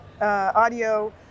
audio